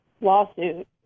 lawsuit